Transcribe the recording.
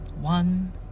one